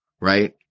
right